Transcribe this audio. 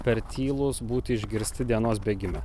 per tylūs būti išgirsti dienos bėgime